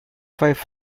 five